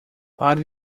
pare